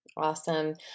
Awesome